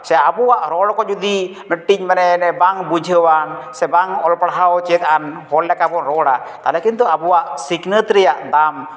ᱥᱮ ᱟᱵᱚᱣᱟᱜ ᱨᱚᱲ ᱠᱚ ᱡᱩᱫᱤ ᱢᱤᱫᱴᱤᱱ ᱢᱟᱱᱮ ᱵᱟᱝ ᱵᱩᱡᱷᱟᱹᱣᱟᱱ ᱥᱮ ᱵᱟᱝ ᱚᱞ ᱯᱟᱲᱦᱟᱣ ᱪᱮᱫ ᱟᱱ ᱦᱚᱲ ᱞᱮᱠᱟ ᱵᱚᱱ ᱨᱚᱲᱟ ᱛᱟᱦᱚᱞᱮ ᱠᱤᱱᱛᱩ ᱟᱵᱚᱣᱟᱜ ᱥᱤᱠᱷᱟᱹᱛ ᱨᱮᱭᱟᱜ ᱫᱟᱢ